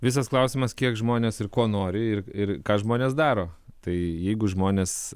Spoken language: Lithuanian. visas klausimas kiek žmonės ir ko nori ir ir ką žmonės daro tai jeigu žmonės